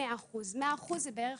שזה בערך